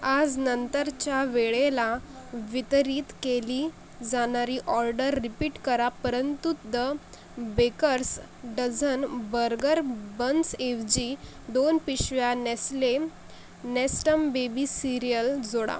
आज नंतरच्या वेळेला वितरित केली जाणारी ऑर्डर रिपीट करा परंतु द बेकर्स डझन बर्गर बन्सएवजी दोन पिशव्या नेस्ले नेस्टम् बेबी सिरिअल जोडा